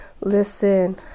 listen